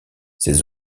ses